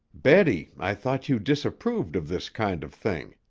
betty, i thought you disapproved of this kind of thing.